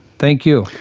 thank you.